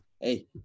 hey